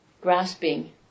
grasping